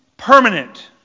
Permanent